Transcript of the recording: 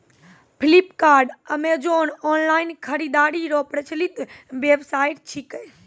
Flipkart Amazon online खरीदारी रो प्रचलित वेबसाइट छिकै